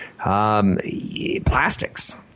Plastics